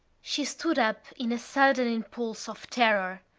she stood up in a sudden impulse of terror.